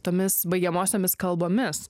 tomis baigiamosiomis kalbomis